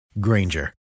Granger